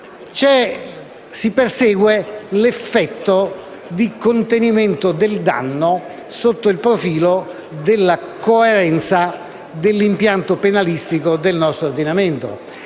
si persegue l'effetto di contenimento del danno sotto il profilo della coerenza dell'impianto penalistico del nostro ordinamento.